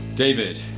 David